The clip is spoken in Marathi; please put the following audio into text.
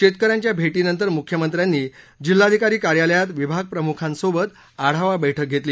शेतकऱ्यांच्या भेटीनंतर मुख्यमंत्र्यांनी जिल्हाधिकारी कार्यालयात विभाग प्रमुखांसोबत आढावा बैठक घेतली